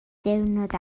diwrnod